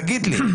תגיד לי.